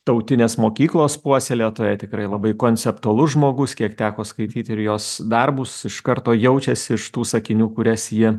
tautinės mokyklos puoselėtoja tikrai labai konceptualus žmogus kiek teko skaityti ir jos darbus iš karto jaučias iš tų sakinių kurias ji